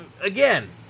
again